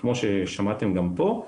כמו ששמעתם גם פה,